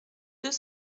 deux